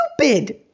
stupid